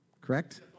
correct